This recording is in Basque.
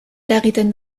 eragiten